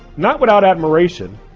not without admiration,